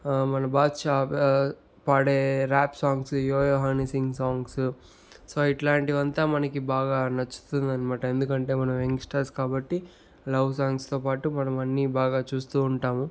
మన బాద్షా పడే rap songs yo yo Honey Singh songs so ఇట్లాంటివంతా మనకి బాగా నచ్చుతుందనమాట ఎందుకంటే మనం యంగ్స్టర్స్ కాబట్టి లవ్ సాంగ్స్తో పాటు మనం అన్ని బాగా చూస్తూ ఉంటాము